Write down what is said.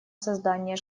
создание